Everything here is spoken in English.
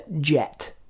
jet